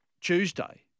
Tuesday